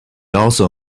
also